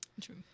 True